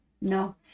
No